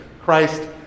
Christ